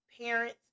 parents